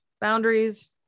boundaries